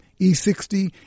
E60